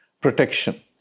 protection